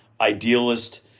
idealist